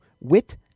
Wit